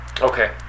Okay